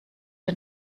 den